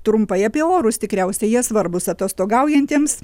trumpai apie orus tikriausiai jie svarbūs atostogaujantiems